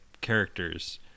characters